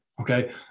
Okay